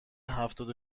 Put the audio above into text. هفتاد